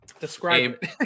Describe